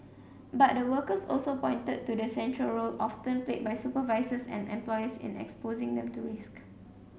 but the workers also pointed to the central role often played by supervisors and employers in exposing them to risk